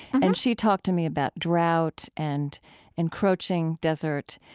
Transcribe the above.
and she talked to me about drought and encroaching desert.